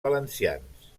valencians